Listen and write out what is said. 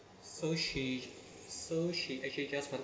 so she so she actually just